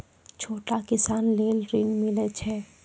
छोटा किसान लेल ॠन मिलय छै?